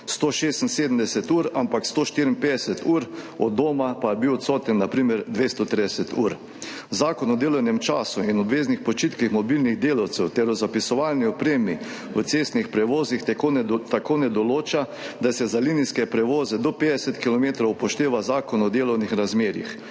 176 ur, ampak 154 ur, od doma pa je bil odsoten na primer 230 ur. Zakon o delovnem času in obveznih počitkih mobilnih delavcev ter o zapisovalni opremi v cestnih prevozih tako ne določa, da se za linijske prevoze do 50 kilometrov upošteva Zakon o delovnih razmerjih,